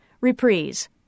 reprise